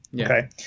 Okay